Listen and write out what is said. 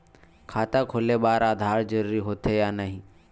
खाता खोले बार आधार जरूरी हो थे या नहीं?